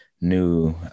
new